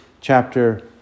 chapter